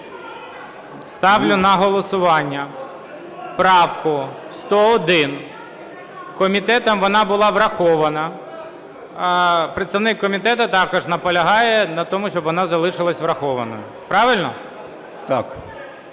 Ставлю на голосування правку 101. Комітетом вона була врахована. Представник комітету також наполягає на тому, щоб вона залишилась врахованою. Правильно?